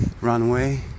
runway